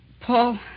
Paul